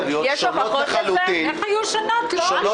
להיות שונות לחלוטין --- במה שונות?